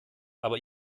aber